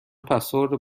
پسورد